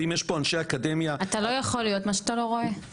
ואם יש פה אנשי אקדמיה --- אתה לא יכול להיות מה שאתה לא רואה.